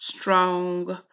strong